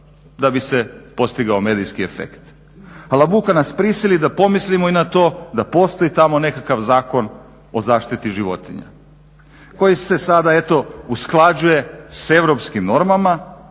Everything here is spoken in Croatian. da bi se postigao medijski efekt. Halabuka nas prisili da pomislimo i na to da postoji tamo nekakav Zakon o zaštiti životinja koji se sada eto usklađuje sa europskim normama